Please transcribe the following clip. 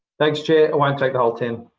thanks, chair i won't take the whole ten.